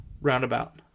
Roundabout